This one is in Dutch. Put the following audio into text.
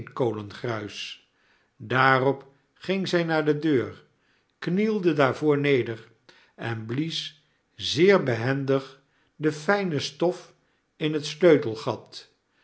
steenkolengruis daarop ging zij naar dedeur knielde daarvoor neder en blies zeer behendig de fijne stof in het sleutelgat